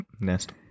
nest